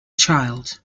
child